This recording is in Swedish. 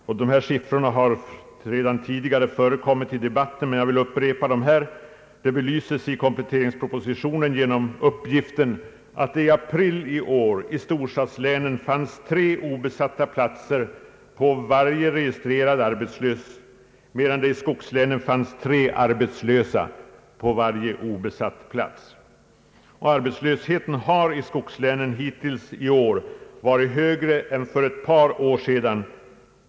I april i år fanns tre obesatta platser på varje registrerad arbetslös i storstadslänen, medan det i skogslänen fanns tre arbetslösa på varje obesatt plats. Arbetslösheten i skogslänen har hittills i år varit högre än för ett par år sedan.